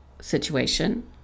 situation